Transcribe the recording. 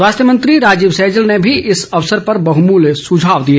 स्वास्थ्य मंत्री राजीव सैजल ने भी इस अवसर पर बहमल्य सुझाव दिए